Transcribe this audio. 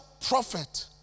prophet